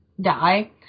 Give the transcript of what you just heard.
die